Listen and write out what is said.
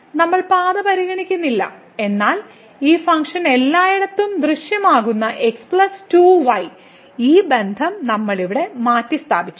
നമ്മൾ പാത പരിഗണിക്കുന്നില്ല എന്നാൽ ഈ ഫംഗ്ഷനിൽ എല്ലായിടത്തും ദൃശ്യമാകുന്ന x 2y ഈ ബന്ധം നമ്മൾ ഇവിടെ മാറ്റിസ്ഥാപിച്ചു